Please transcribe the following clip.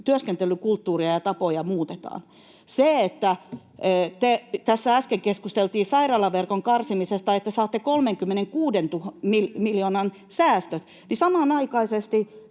työskentelykulttuuria ja ‑tapoja muutetaan. Tässä äsken keskusteltiin sairaalaverkon karsimisesta, että saatte 36 miljoonan säästöt,